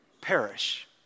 perish